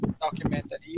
documentary